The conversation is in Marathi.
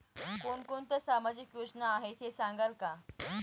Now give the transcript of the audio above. कोणकोणत्या सामाजिक योजना आहेत हे सांगाल का?